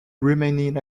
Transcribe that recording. remaining